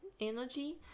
energy